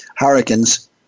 hurricanes